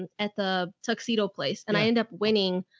and at the tuxedo place and i ended up winning.